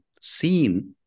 seen